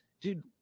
dude